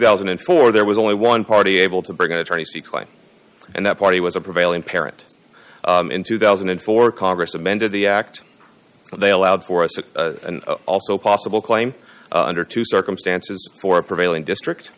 thousand and four there was only one party able to bring an attorney sequence and that party was a prevailing parent in two thousand and four congress amended the act they allowed for us it's also possible claim under two circumstances for prevailing district